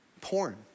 Porn